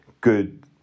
good